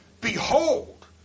Behold